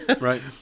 right